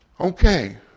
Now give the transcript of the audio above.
Okay